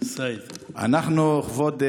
כבוד היושב-ראש,